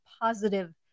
positive